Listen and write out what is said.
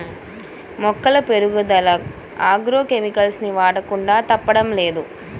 మొక్కల పెరుగుదల agro chemicals ని వాడకుండా తప్పడం లేదు